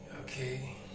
Okay